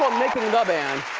making the band.